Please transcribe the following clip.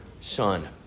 son